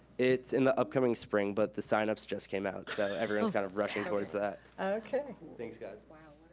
it's in the upcoming spring, but the sign-ups just came out, so everyone's kind of rushing towards that. okay. thanks guys. wow,